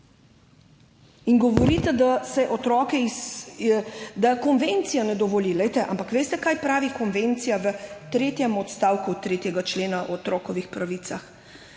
In govorite, da konvencija ne dovoli. Glejte, ampak veste, kaj pravi v tretjem odstavku 3. člena Konvencija o otrokovih pravicah?